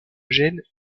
gène